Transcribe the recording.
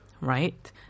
right